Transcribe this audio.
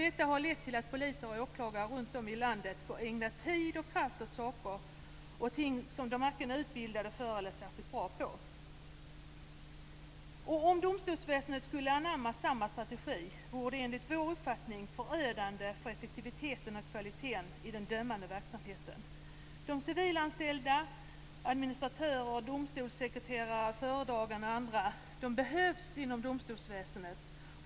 Detta har lett till att poliser och åklagare runtom i landet får ägna tid och kraft åt saker och ting som de varken är utbildade för eller särskilt bra på. Om domstolsväsendet skulle anamma samma strategi vore det, enligt vår uppfattning, förödande för effektiviteten och kvaliteten i den dömande verksamheten. De civilanställda - administratörer, domstolssekreterare, föredragande och andra - behövs inom domstolsväsendet.